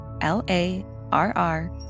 L-A-R-R